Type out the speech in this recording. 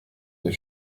les